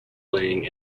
lang